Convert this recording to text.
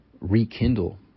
rekindle